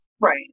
Right